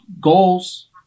goals